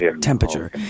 temperature